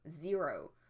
Zero